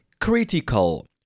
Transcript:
critical